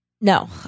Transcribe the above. No